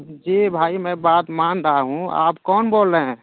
جی بھائی میں بات مان رہا ہوں آپ کون بول رہے ہیں